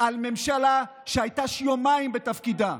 על הממשלה, שהייתה יומיים בתפקידה.